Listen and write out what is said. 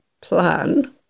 plan